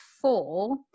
four